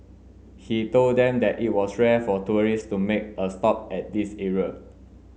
he told them that it was rare for tourists to make a stop at this area